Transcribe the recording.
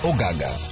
Ogaga